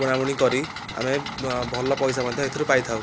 ବୁଣାବୁଣି କରି ଆମେ ଭଲ ପଇସା ମଧ୍ୟ ଏଥିରୁ ପାଇଥାଉ